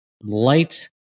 Light